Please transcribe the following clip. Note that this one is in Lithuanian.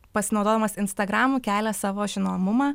pasinaudodamas instagramu kelia savo žinomumą